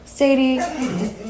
Sadie